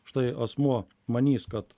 štai asmuo manys kad